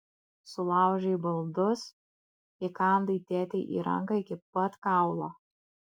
sulaužei baldus įkandai tėtei į ranką iki pat kaulo